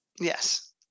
Yes